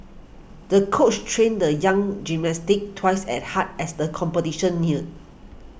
the coach trained the young gymnast stick twice at hard as the competition neared